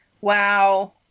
Wow